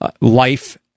life